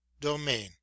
domain